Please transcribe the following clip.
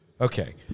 Okay